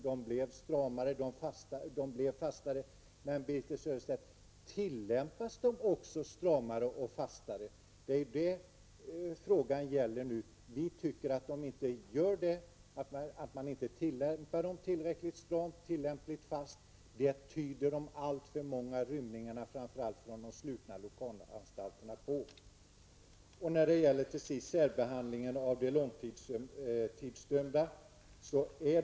Reglerna blev stramare och fastare, men, Birthe Sörestedt, tillämpas de också stramare och fastare? Det är vad frågan gäller. Vi tycker att man inte tillämpar dem tillräckligt stramt och fast. Det tyder de alltför många rymningarna från framför allt de slutna anstalterna på. Till sist när det gäller särbehandling av långtidsdömda.